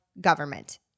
government